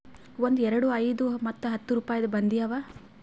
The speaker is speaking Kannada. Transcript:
ಒಂದ್, ಎರಡು, ಐಯ್ದ ಮತ್ತ ಹತ್ತ್ ರುಪಾಯಿದು ಬಂದಿ ಅವಾ